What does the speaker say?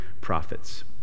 prophets